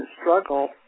struggle